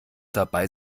dabei